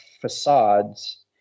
facades